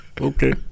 Okay